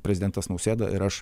prezidentas nausėda ir aš